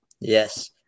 Yes